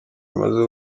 bimaze